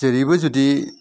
जेरैबो जुदि